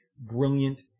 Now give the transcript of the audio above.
brilliant